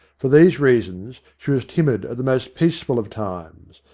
for these reasons she was timid at the most peaceful of times,